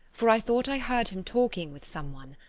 for i thought i heard him talking with some one.